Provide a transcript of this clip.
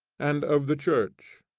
and of the church.